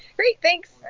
great, thanks.